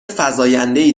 فزایندهای